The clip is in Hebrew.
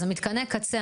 אז מתקני הקצה,